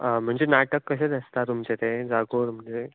म्हणजे नाटक कशेंच आसता तुमचें तें जागोर म्हणजे